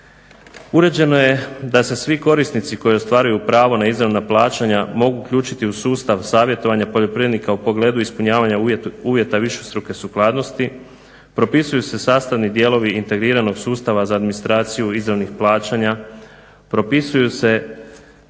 Uređeno je da se svi korisnici koji ostvaruju pravo na izravna plaćanja mogu uključiti u sustav savjetovanja poljoprivrednika u pogledu ispunjavanja uvjeta višestruke sukladnosti, propisuju se sastavni dijelovi integriranog sustava za administraciju izravnih plaćanja, propisuju se